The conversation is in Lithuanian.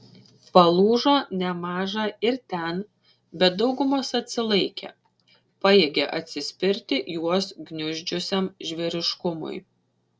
palūžo nemaža ir ten bet daugumas atsilaikė pajėgė atsispirti juos gniuždžiusiam žvėriškumui